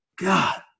God